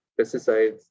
pesticides